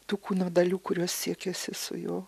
tų kūno dalių kurios siekėsi su juo